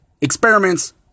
Experiments